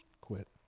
quit